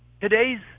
today's